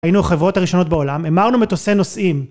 היינו החברות הראשונות בעולם המרנו מטוסי נוסעים